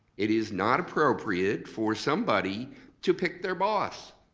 it is not appropriate for somebody to pick their boss!